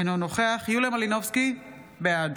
אינו נוכח יוליה מלינובסקי, בעד